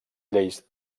lleis